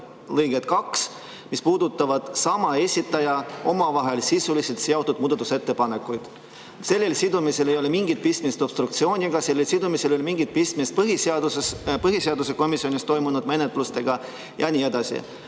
lõiget 2, mis puudutab sama esitaja omavahel sisuliselt seotud muudatusettepanekuid. Sellel sidumisel ei ole mingit pistmist obstruktsiooniga, sellel sidumisel ei ole mingit pistmist põhiseaduskomisjonis toimunud menetlusega, ja nii edasi.